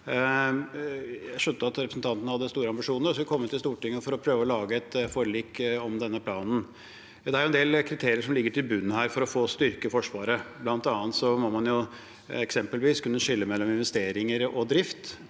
Jeg skjønte at representanten hadde store ambisjoner og skulle komme til Stortinget for å prøve å lage et forlik om denne planen. Det er en del kriterier som ligger i bunnen for å få styrket Forsvaret, bl.a. må man eksempelvis kunne skille mellom investeringer og drift.